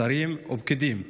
שרים ופקידים,